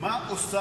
מה עושה